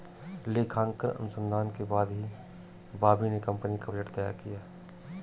लेखांकन अनुसंधान के बाद ही बॉबी ने कंपनी का बजट तैयार किया